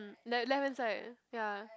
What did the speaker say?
mm le~ left hand side ya